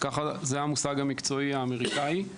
- זה המושג המקצועי האמריקני.